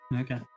Okay